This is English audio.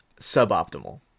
suboptimal